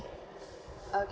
okay